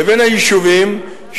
לבין היישובים,